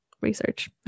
research